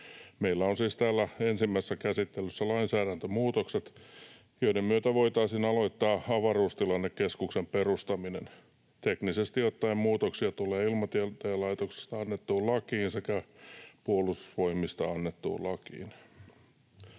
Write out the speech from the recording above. Meillä on siis täällä ensimmäisessä käsittelyssä lainsäädäntömuutokset, joiden myötä voitaisiin aloittaa avaruustilannekeskuksen perustaminen. Teknisesti ottaen muutoksia tulee Ilmatieteen laitoksesta annettuun lakiin sekä Puolustusvoimista annettuun lakiin.